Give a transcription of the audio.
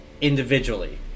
individually